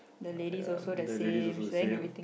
uh ya the lady also the same